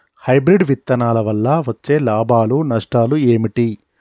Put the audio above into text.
Hybrid విత్తనాల వల్ల వచ్చే లాభాలు నష్టాలు ఏమిటి?